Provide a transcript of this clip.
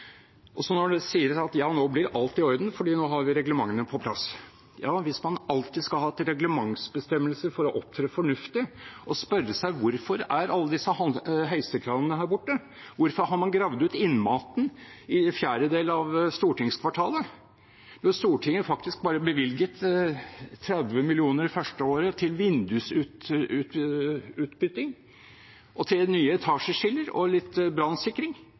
Så sier de at nå blir alt i orden, for nå har vi reglementene på plass. Ja, hvis man alltid skal ha en reglementsbestemmelse for å opptre fornuftig – og spørre seg hvorfor alle disse heisekranene er her borte. Hvorfor har man gravd ut innmaten i en fjerdedel av stortingskvartalet når Stortinget faktisk bare bevilget 30 mill. kr det første året til vindusutbytting, og til nye etasjeskiller og litt brannsikring